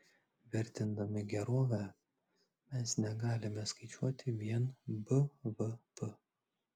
vertindami gerovę mes negalime skaičiuoti vien bvp